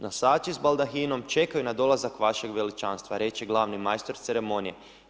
Nosači s baldahinom čekaju na dolazak vašeg veličanstva, reče glavni majstor s ceremonije.